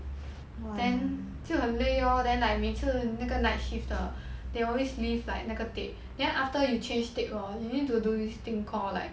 then 就很累 lor then like 每次那个 night shift 的 they always leave like 那个 tape then after you change tape hor you need to do this thing call like